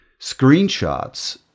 screenshots